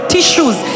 Tissues